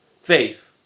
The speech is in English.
faith